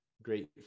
Great